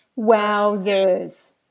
Wowzers